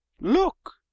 Look